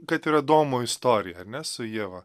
kad ir adomo istorija ar ne su ieva